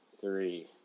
three